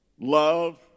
Love